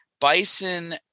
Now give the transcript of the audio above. Bison